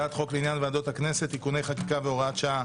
הצעת חוק לעניין ועדות הכנסת (תיקוני חקיקה והוראת שעה),